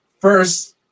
First